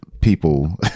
people